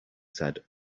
said